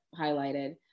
highlighted